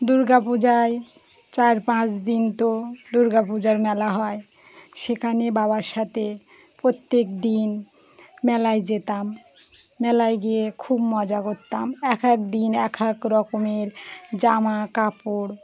দুর্গাপূজায় চার পাঁচ দিন তো দুর্গাপূজার মেলা হয় সেখানে বাবার সাথে প্রত্যেক দিন মেলায় যেতাম মেলায় গিয়ে খুব মজা করতাম এক এক দিন এক এক রকমের জামা কাপড়